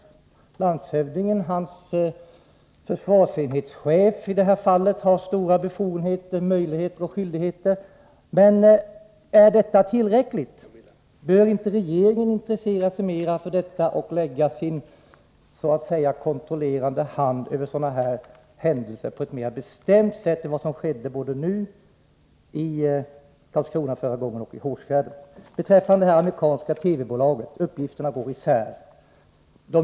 Landshövdingens försvarsenhetschef har i detta fall stora befogenheter, möjligheter och skyldigheter. Men är detta tillräckligt? Bör inte regeringen intressera sig mera för detta och lägga sin kontrollerande hand över sådana här händelser på ett mera bestämt sätt än vad som skedde både i Karlskrona nu och förra gången och i Hårsfjärden? Beträffande det amerikanska TV-bolaget går uppgifterna isär.